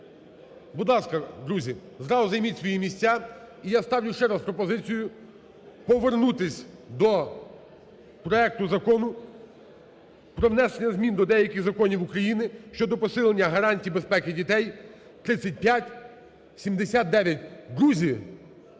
Будь ласка, друзі, зразу займіть свої місця. І я ставлю ще раз пропозицію повернутись до проекту Закону про внесення змін до деяких законів актів України щодо посилення гарантій безпеки дітей (3579). Друзі,